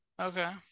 Okay